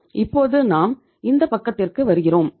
இப்போது நாம் இந்த பக்கத்திற்கு வருகிறோம்